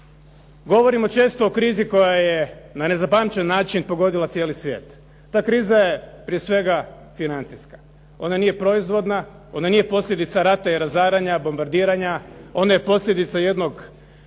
Govorimo često o krizi koja je na nezapamćen način pogodila cijeli svijet. Ta kriza je prije svega financijska. Ona nije proizvodna, ona nije posljedica rata i razaranja, bombardiranja, ona je posljedica jednog